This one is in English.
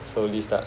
so list start